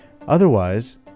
otherwise